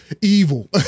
evil